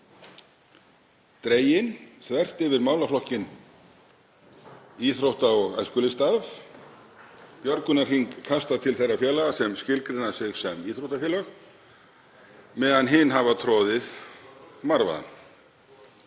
dregin þvert yfir málaflokkinn íþrótta- og æskulýðsstarf, björgunarhring kastað til þeirra félaga sem skilgreina sig sem íþróttafélög meðan hin hafi troðið marvaðann.